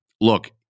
Look